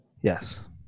yes